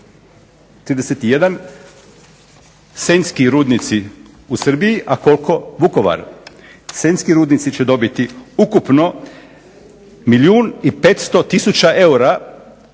31 Senjski rudnici u Srbiji, a koliko Vukovar. Senjski rudnici će dobiti ukupno milijun